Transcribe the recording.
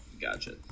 Gotcha